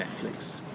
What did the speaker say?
Netflix